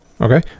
Okay